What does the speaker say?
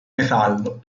metallo